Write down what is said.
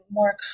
more